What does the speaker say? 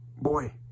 Boy